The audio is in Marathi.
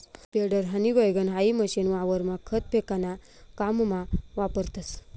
स्प्रेडर, हनी वैगण हाई मशीन वावरमा खत फेकाना काममा वापरतस